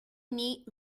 neat